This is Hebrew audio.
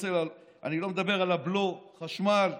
אני לא מדבר על הבלו, על החשמל,